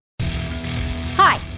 Hi